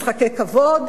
משחקי כבוד?